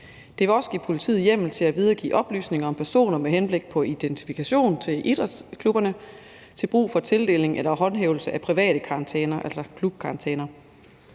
Det kan også give politiet hjemmel til at videregive oplysninger til idrætsklubberne om personer med henblik på identifikation til brug for tildeling eller håndhævelse af private karantæner, altså klubkarantæner.